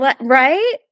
Right